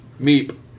Meep